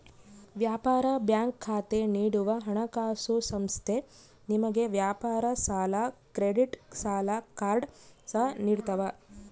ವ್ಯಾಪಾರ ಬ್ಯಾಂಕ್ ಖಾತೆ ನೀಡುವ ಹಣಕಾಸುಸಂಸ್ಥೆ ನಿಮಗೆ ವ್ಯಾಪಾರ ಸಾಲ ಕ್ರೆಡಿಟ್ ಸಾಲ ಕಾರ್ಡ್ ಸಹ ನಿಡ್ತವ